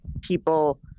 people